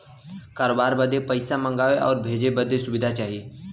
करोबार बदे पइसा मंगावे आउर भेजे बदे सुविधा चाही